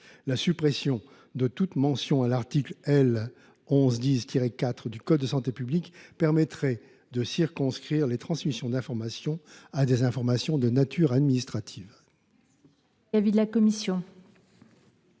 La suppression de toute référence à l’article L. 1110 4 du code de la santé publique permettrait de circonscrire les transmissions d’informations à des informations de nature administrative.